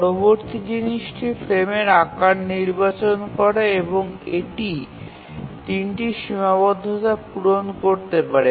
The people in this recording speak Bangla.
পরবর্তী জিনিসটি ফ্রেমের আকার নির্বাচন করা এবং এটি ৩টি সীমাবদ্ধতা পূরণ করতে পারে